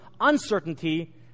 uncertainty